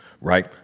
Right